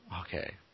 okay